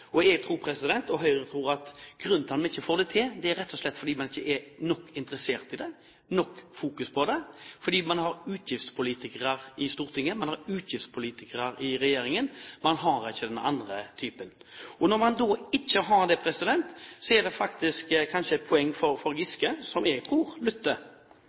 Høyre tror, at grunnen til at man ikke får det til, er rett og slett at man ikke er nok interessert i det, har nok fokus på det, fordi man har utgiftspolitikere i Stortinget, og man har utgiftspolitikere i regjeringen, men man har ikke den andre typen. Når man ikke har det, er det kanskje et poeng for Giske, som jeg tror